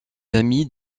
amis